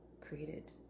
created